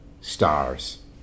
stars